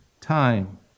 time